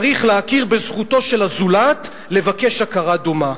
צריך להכיר בזכותו של הזולת לבקש הכרה דומה.